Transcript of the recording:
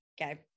Okay